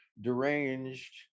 deranged